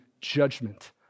judgment